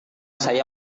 saya